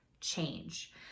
change